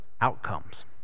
outcomes